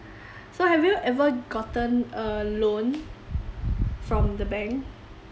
so have you ever gotten a loan from the bank